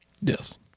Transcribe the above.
Yes